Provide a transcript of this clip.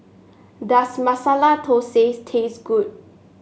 does Masala Thosais taste good